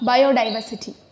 Biodiversity